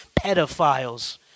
pedophiles